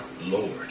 Lord